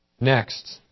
Next